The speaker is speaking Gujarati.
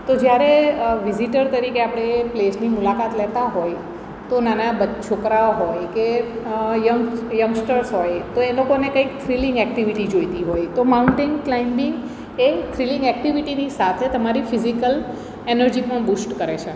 તો જ્યારે વિઝિટર તરીકે આપણે એ પ્લેસની મુલાકાત લેતા હોય તો નાના છોકરા હોય કે યંગસ્ટર્સ હોય તો એ લોકોને કંઇક થ્રીલિંગ એક્ટિવિટી જોઈતી હોય તો માઉન્ટેન ક્લાઈબિંગ એ થ્રીલિંગ એક્ટિવિટીની સાથે તમારી ફિઝિકલ એનર્જી પણ બુસ્ટ કરે છે